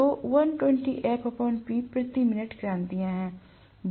तो प्रति मिनट क्रांतियाँ है